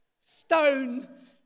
Stone